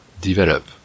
develop